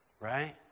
Right